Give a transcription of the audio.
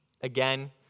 Again